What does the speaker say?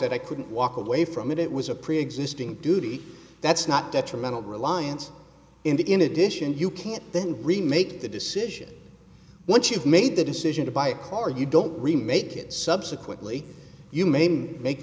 said i couldn't walk away from it it was a preexisting duty that's not detrimental reliance in that in addition you can't then remake the decision once you've made the decision to buy a car you don't remake it subsequently you maim make